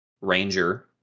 ranger